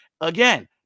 Again